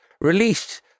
released